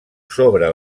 sobre